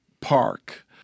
park